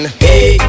hey